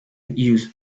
use